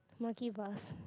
monkey bars